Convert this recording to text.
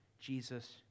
Jesus